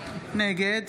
נגד